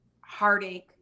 heartache